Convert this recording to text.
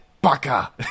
Baka